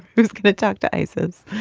who's going to talk to isis?